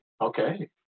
Okay